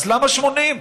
אז למה 80?